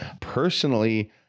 Personally